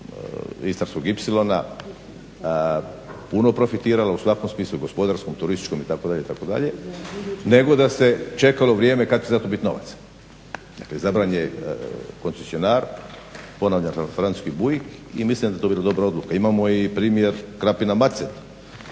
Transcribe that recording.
istarskog ipsilona puno profitirala u svakom smislu, gospodarskom, turističkom itd., itd., nego da se čekalo vrijeme kad će za to biti novaca. Dakle izabran je koncesionar, ponavljam francuski Buick i mislim da je to bila dobra odluka. Imamo i primjer Krapina Macelj,